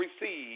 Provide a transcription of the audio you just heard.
receive